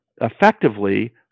effectively